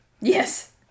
Yes